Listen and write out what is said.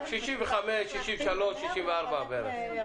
65, 63, 64 בערך.